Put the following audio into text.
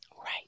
Right